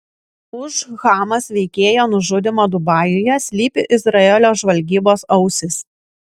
už hamas veikėjo nužudymo dubajuje slypi izraelio žvalgybos ausys